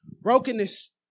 brokenness